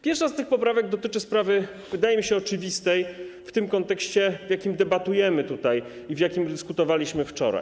Pierwsza z tych poprawek dotyczy sprawy, wydaje mi się, oczywistej w tym kontekście, w jakim debatujemy teraz i w jakim dyskutowaliśmy wczoraj.